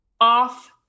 off